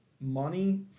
money